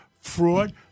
fraud